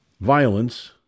violence